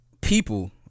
people